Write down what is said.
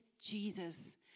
Jesus